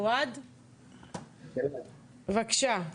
אלעד שולמן, בבקשה.